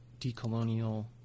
decolonial